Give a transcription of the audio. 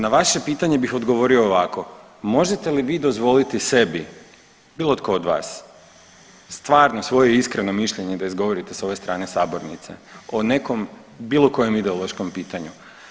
Na vaše pitanje bih odgovorio ovako, možete li vi dozvoliti sebi, bilo tko od vas, stvarno svoje iskreno mišljenje da izgovorite sa ove strane sabornice o nekom bilo kojem ideološkom pitanju?